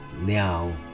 now